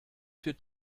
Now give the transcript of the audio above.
für